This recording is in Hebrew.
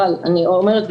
אבל אני אומרת,